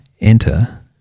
enter